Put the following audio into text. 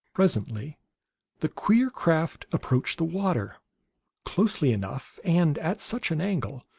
presently the queer craft approached the water closely enough, and at such an angle,